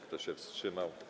Kto się wstrzymał?